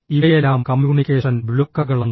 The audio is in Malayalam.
ഇവയെല്ലാം കമ്മ്യൂണിക്കേഷൻ ബ്ലോക്കറുകളാണ്